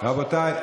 רבותיי,